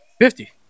Fifty